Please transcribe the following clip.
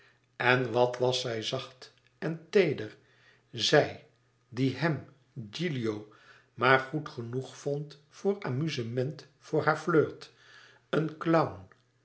en wat was zij zacht en teeder zij die hem gilio maar goed genoeg vond voor amuzement voor haar flirt een